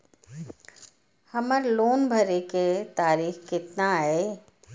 हमर लोन भरे के तारीख केतना ये?